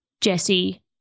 Jesse